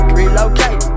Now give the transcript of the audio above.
relocate